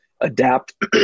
adapt